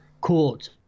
Court